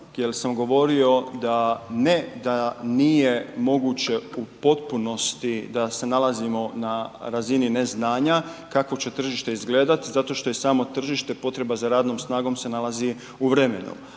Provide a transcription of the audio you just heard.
jel sam govorio da ne da nije moguće u potpunosti da se nalazimo na razini neznanja kako će tržište izgledat zato što je samo tržište potreba za radnog snagom se nalazi u vremenu,